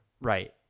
Right